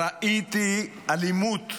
ראיתי אלימות.